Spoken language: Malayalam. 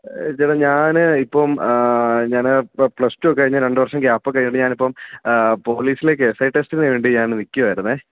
ചേട്ടാ ഞാൻ ഇപ്പം ഞാൻ പ്ലസ് ടു കഴിഞ്ഞു രണ്ടുവർഷം ഗ്യാപ് ഒക്കെ ആയതുകൊണ്ട് ഞാനിപ്പോൾ പൊലീസിലേക്ക് എസ് ഐ ടെസ്റ്റിനുവേണ്ടി ഞാൻ നിക്കുവായിരുന്നെ